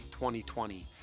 2020